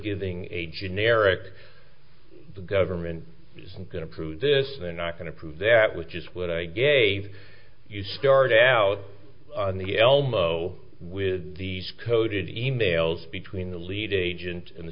giving a generic the government is going to prove this they're not going to prove that which is what i gave you started out on the elmo with these coded e mails between the lead agent and the